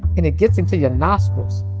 and it gets into your nostrils.